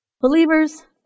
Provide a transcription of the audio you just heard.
Believers